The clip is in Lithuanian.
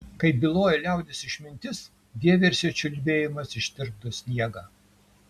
kaip byloja liaudies išmintis vieversio čiulbėjimas ištirpdo sniegą